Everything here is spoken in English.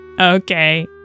Okay